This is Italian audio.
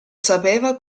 sapeva